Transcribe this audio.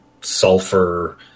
sulfur –